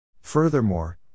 Furthermore